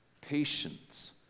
patience